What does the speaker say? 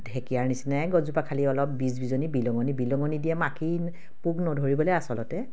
ঢেঁকীয়াৰ নিচিনাই গছজোপা খালী অলপ বিহলঙনি বিহলঙনি দিয়ে মাখি পোক নধৰিবলে আচলতে